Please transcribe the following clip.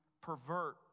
pervert